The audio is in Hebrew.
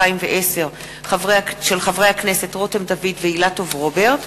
מאת חברי הכנסת דוד רותם ורוברט אילטוב,